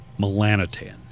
Melanotan